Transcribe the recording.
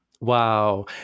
Wow